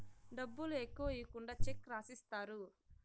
డబ్బులు ఎక్కువ ఈకుండా చెక్ రాసిత్తారు